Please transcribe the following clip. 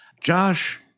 Josh